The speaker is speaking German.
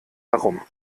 herum